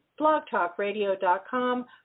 blogtalkradio.com